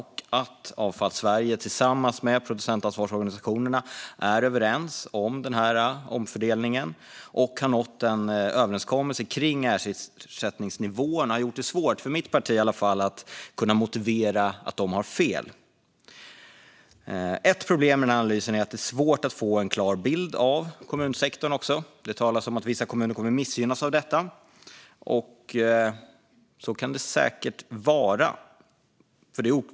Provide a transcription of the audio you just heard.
Att Avfall Sverige och producentansvarsorganisationerna är överens om den här omfördelningen och har nått en överenskommelse kring ersättningsnivåerna har gjort det svårt, i alla fall för mitt parti, att motivera att de har fel. Ett problem i denna analys är att det är svårt att få en klar bild av kommunsektorn. Det talas om att vissa kommuner kommer att missgynnas av detta, och så kan det säkert vara.